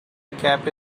gap